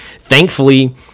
thankfully